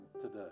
today